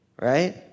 Right